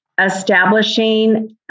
establishing